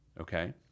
Okay